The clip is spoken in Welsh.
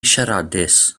siaradus